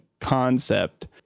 concept